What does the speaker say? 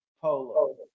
polo